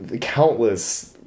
Countless